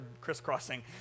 crisscrossing